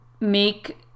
make